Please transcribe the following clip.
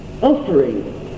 offering